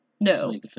no